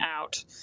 out